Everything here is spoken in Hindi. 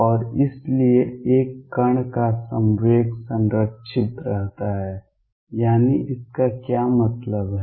और इसलिए एक कण का संवेग संरक्षित रहता है यानी इसका क्या मतलब है